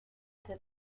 that